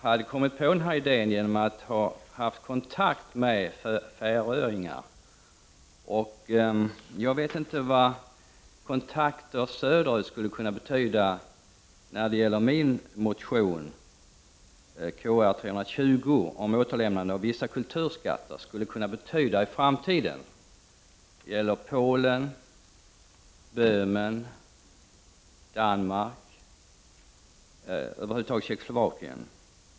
Man kom på den här idén efter kontakter med färöingar. Jag vet inte vad detta med kontakter söderut skulle kunna betyda när det gäller min motion, 1988/89:Kr320, om återlämnande av vissa kulturskatter — alltså vad det skulle kunna betyda i framtiden. Det gäller då Danmark, Polen och Böhmen, ja, över huvud taget Tjeckoslovakien.